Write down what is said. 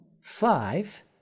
five